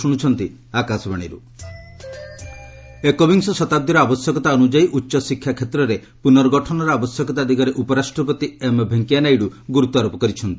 Naidu education ଏକବିଂଶ ଶତାବ୍ଦୀର ଆବଶ୍ୟକତା ଅନୁଯାୟୀ ଉଚ୍ଚଶିକ୍ଷା କ୍ଷେତ୍ରରେ ପୁନର୍ଗଠନର ଆବଶ୍ୟକତା ଦିଗରେ ଉପରାଷ୍ଟ୍ରପତି ଏମ୍ ଭେଙ୍କିଆ ନାଇଡ଼ୁ ଗୁରୁତ୍ୱାରୋପ କରିଛନ୍ତି